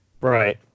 Right